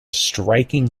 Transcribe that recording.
striking